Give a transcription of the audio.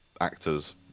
actors